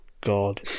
god